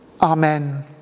Amen